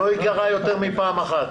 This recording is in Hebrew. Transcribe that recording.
לא ייגרע יותר מפעם אחת.